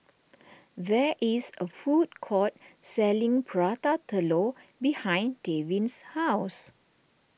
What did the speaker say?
there is a food court selling Prata Telur behind Davin's house